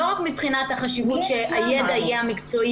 לא רק מבחינת החשיבות שהידע יהיה המקצועי